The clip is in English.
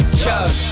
chug